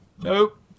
nope